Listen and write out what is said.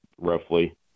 roughly